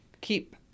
keep